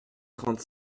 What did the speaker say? trente